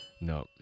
No